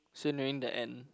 so nearing the end